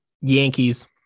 Yankees